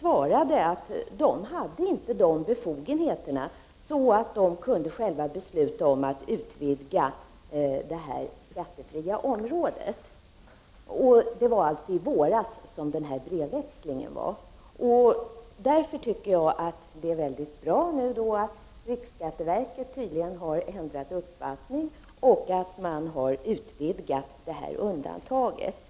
svarade att det inte hade sådana befogenheter att det självt kunde besluta om att utvidga det skattefria området. Denna brevväxling förekom i våras. Det är bra att riksskatteverket nu tydligen har ändrat uppfattning och har utvidgat det aktuella undantaget.